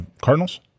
Cardinals